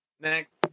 Next